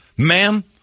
Ma'am